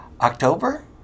October